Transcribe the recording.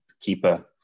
keeper